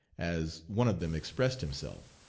as one of them expressed himself.